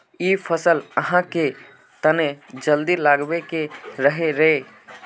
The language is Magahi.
इ फसल आहाँ के तने जल्दी लागबे के रहे रे?